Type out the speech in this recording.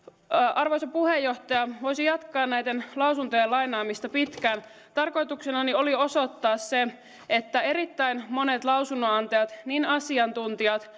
arvoisa puheenjohtaja voisin jatkaa näiden lausuntojen lainaamista pitkään tarkoituksenani oli osoittaa se että erittäin monet lausunnonantajat niin asiantuntijat